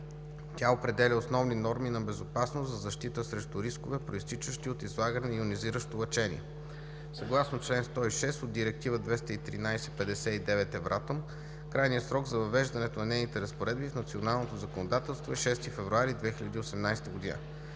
Тя определя основни норми на безопасност за защита срещу рисковете, произтичащи от излагане на йонизиращо лъчение. Съгласно чл. 106 от Директива 2013/59/Евратом крайният срок за въвеждане на нейните разпоредби в националното законодателство е 6 февруари 2018 г.